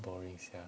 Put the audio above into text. boring sia